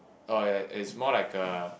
oh ya it's more like a